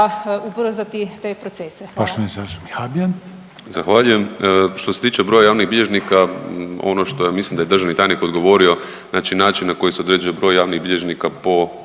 zastupnik Habijan. **Habijan, Damir (HDZ)** Zahvaljujem. Što se tiče broja javnih bilježnika, ono što je, mislim da je državni tajnik odgovorio, znači način na koji se određuje broj javnih bilježnika po,